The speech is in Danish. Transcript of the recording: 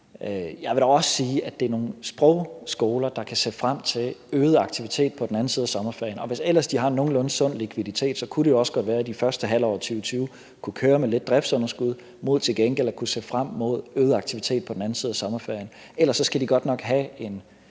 Jeg vil da også sige, at det er nogle sprogskoler, der kan se frem til øget aktivitet på den anden side af sommerferien, og hvis de ellers har en nogenlunde sund likviditet, så kunne det jo også godt være, at de i det første halvår af 2020 kunne køre med lidt driftsunderskud mod til gengæld at kunne se frem til øget aktivitet på den anden side af sommerferien. Ellers skal de godt nok have en